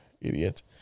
idiot